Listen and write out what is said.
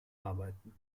arbeiten